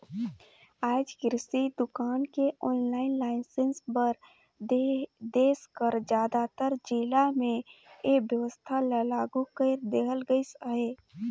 आएज किरसि दुकान के आनलाईन लाइसेंस बर देस कर जादातर जिला में ए बेवस्था ल लागू कइर देहल गइस अहे